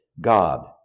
God